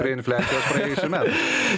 prie infliacijos praėjusių metų